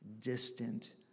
distant